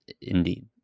Indeed